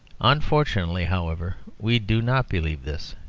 unfortunately, however, we do not believe this.